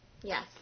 Yes